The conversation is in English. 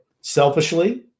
Selfishly